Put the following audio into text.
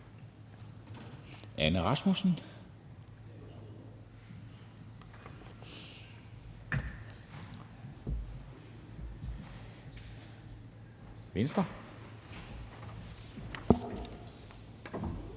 Anne Rasmussen, Venstre.